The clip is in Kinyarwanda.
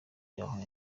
y’aho